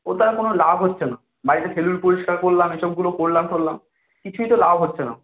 ওটার কোনো লাভ হচ্ছে না বাড়িতে পরিষ্কার করলাম এসবগুলো করলাম ঠরলাম কিছুই তো লাভ হচ্ছে না